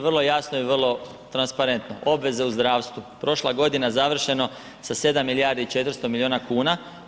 Vrlo jasno i vrlo transparentno, obveze u zdravstvu, prošla godina završeno sa 7 milijardi 400 milijuna kuna.